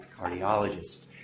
cardiologist